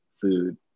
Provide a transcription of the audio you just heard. food